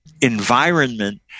environment